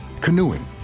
canoeing